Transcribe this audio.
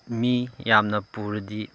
ꯃꯤ ꯌꯥꯝꯅ ꯄꯨꯔꯗꯤ